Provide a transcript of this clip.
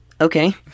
Okay